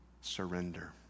Surrender